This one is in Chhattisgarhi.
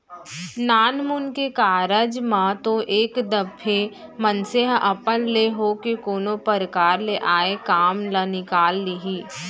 नानमुन के कारज म तो एक दफे मनसे ह अपन ले होके कोनो परकार ले आय काम ल निकाल लिही